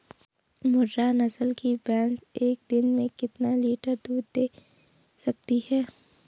मुर्रा नस्ल की भैंस एक दिन में कितना लीटर दूध दें सकती है?